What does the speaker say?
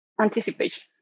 anticipation